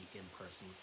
in-person